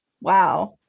wow